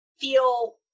feel